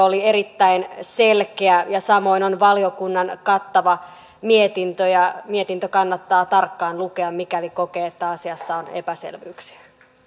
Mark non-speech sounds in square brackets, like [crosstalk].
[unintelligible] oli erittäin selkeä ja samoin on valiokunnan kattava mietintö mietintö kannattaa tarkkaan lukea mikäli kokee että asiassa on epäselvyyksiä